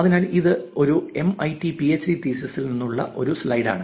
അതിനാൽ ഇത് ഒരു എംഐടി പിഎച്ച്ഡി തീസിസിൽ നിന്നുള്ള ഒരു സ്ലൈഡാണ്